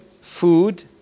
food